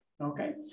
Okay